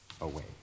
away